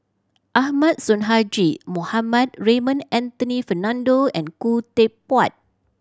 Ahmad Sonhadji Mohamad Raymond Anthony Fernando and Khoo Teck Puat